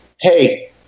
hey